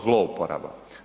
Zlouporaba.